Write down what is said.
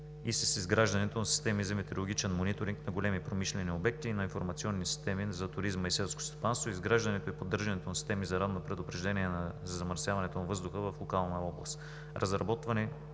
и с изграждането на системи за метеорологичен мониторинг на големи промишлени обекти и на информационни системи за туризма и селското стопанство; изграждането и поддържането на системи за ранно предупреждение на замърсяването на въздуха в локална област; разработване,